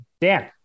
Dan